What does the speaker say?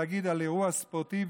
להגיד על אירוע ספורטיבי